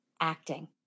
acting